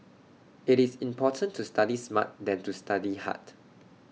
IT is important to study smart than to study hard